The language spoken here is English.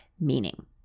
meaning